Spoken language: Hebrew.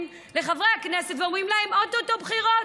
לחברי הכנסת ואומרים להם: או-טו-טו בחירות,